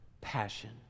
passion